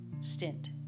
stint